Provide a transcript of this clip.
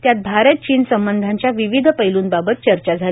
त्यात भारत चीन संबंधाच्या विविध पैलूंबाबत चर्चा झाली